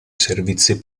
servizi